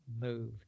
move